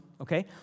Okay